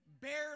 barely